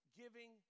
giving